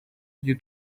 due